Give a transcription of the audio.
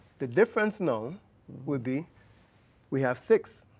the difference now would be we have six,